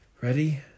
Ready